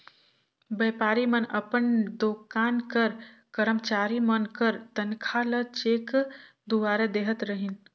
बयपारी मन अपन दोकान कर करमचारी मन कर तनखा ल चेक दुवारा देहत रहिन